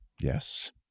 yes